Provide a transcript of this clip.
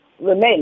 remain